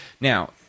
Now